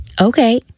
Okay